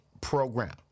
program